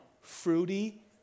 Fruity